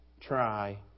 try